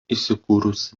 įsikūrusi